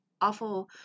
awful